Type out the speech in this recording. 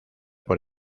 por